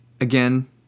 again